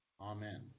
Amen